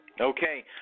Okay